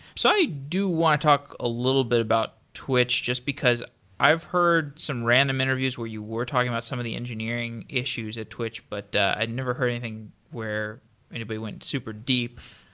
so i do want to talk a little bit about twitch, just because i've heard some random interviews where you were talking about some of the engineering issues at twitch, but i had never heard anything where anybody went super deep.